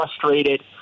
frustrated